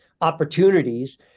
opportunities